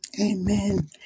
Amen